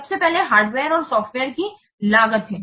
सबसे पहले हार्डवेयर और सॉफ्टवेयर की लागत है